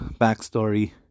backstory